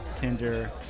Tinder